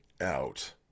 out